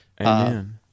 Amen